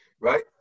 Right